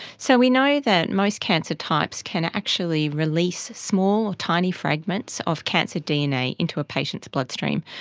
so we know that most cancer types can actually release small, tiny fragments of cancer dna into a patient's bloodstream.